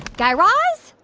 guy raz,